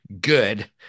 good